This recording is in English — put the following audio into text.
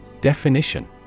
Definition